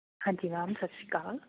ਹਾਂਜੀ ਮੈਮ ਸਤਿ ਸ਼੍ਰੀ ਅਕਾਲ